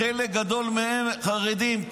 חלק גדול מהם חרדים.